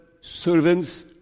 servants